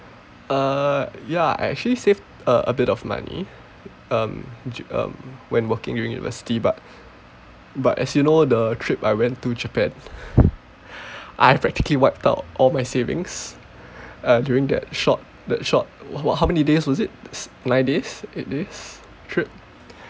uh ya I actually saved uh a bit of money um j~ um when working university but but as you know the trip I went to Japan I practically wiped out all my savings uh during that short that short wha~ how many days was it st~ nine days eight days trip